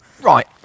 right